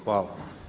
Hvala.